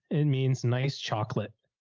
it means nice chocolate.